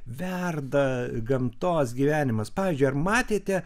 verda gamtos gyvenimas pavyzdžiui ar matėte